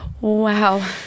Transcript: Wow